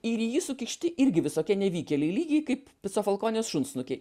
ir į jį sukišti irgi visokie nevykėliai lygiai kaip pico folkonės šunsnukiai